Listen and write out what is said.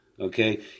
Okay